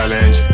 challenge